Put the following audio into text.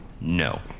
No